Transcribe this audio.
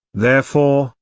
therefore,